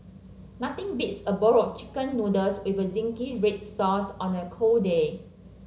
nothing beats a bowl chicken noodles with zingy red sauce on a cold day